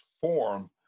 form